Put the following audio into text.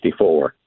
1964